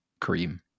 cream